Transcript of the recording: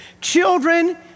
Children